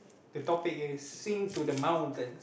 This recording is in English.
the topic is sing to the mountains